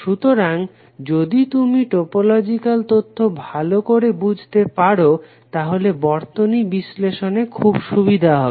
সুতরাং যদি তুমি টোপোলজিক্যাল তথ্য ভালো করে বুঝতে পারো তাহলে বর্তনী বিশ্লেষণে খুব সুবিধা হবে